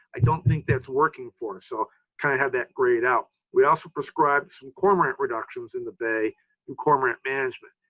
i don't think that's working for us. so kind of have that grayed out. we also prescribed some cormorant reductions in the bay in cormorant management,